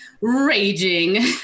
raging